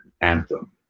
anthem